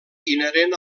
inherent